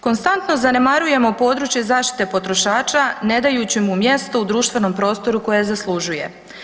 Konstantno zanemarujemo područje zaštite potrošača ne dajući mu mjesto u društvenom prostoru koji zaslužuje.